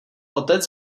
otec